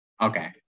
Okay